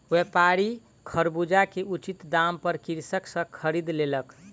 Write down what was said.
व्यापारी खरबूजा के उचित दाम पर कृषक सॅ खरीद लेलक